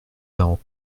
quarante